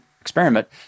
experiment